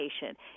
patient